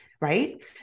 right